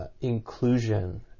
inclusion